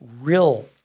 real